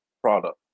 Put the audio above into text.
product